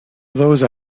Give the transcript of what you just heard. those